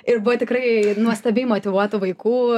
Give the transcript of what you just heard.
ir buvo tikrai nuostabiai motyvuotų vaikų